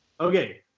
Okay